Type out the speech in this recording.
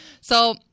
So-